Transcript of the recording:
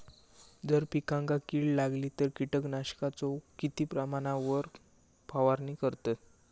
जर पिकांका कीड लागली तर कीटकनाशकाचो किती प्रमाणावर फवारणी करतत?